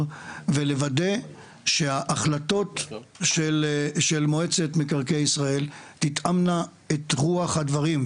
ולוודא שההחלטות של מועצת מקרקעי ישראל תתאמנה את רוח הדברים.